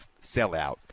sellout